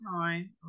time